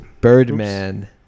birdman